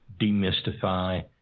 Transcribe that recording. demystify